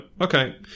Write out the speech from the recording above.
Okay